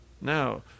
Now